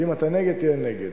אם אתה נגד, תהיה נגד.